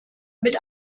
mit